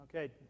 Okay